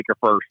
first